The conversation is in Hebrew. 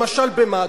למשל במה?